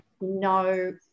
no